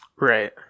Right